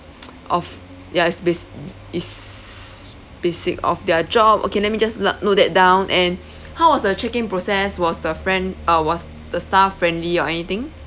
of ya is bas~ is basic of their job okay let me just note that down and how was the check in process was the friend uh was the staff friendly or anything